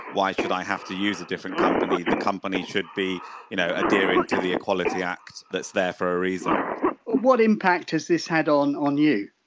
why should i have to use a different company, the company should be you know adhering to the equality act that's there for a reason what impact has this had on on you?